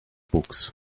books